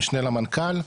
המשנה למנכ"ל,